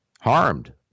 harmed